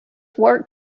work